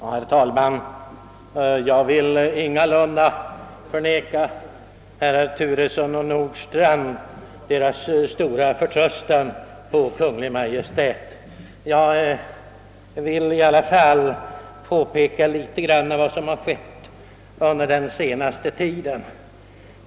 Herr talman! Jag vill ingalunda förmena herrar Turesson och Nordstrandh deras stora förtröstan på Kungl. Maj:t, men vill i alla fall peka på något av vad som har skett under den senaste tiden.